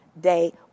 day